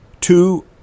two